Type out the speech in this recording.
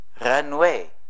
Runway